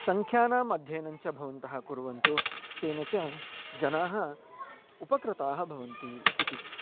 सङ्ख्यानाम् अध्ययनं च भवन्तः कुर्वन्तु तेन च जनाः उपकृताः भवन्ति इति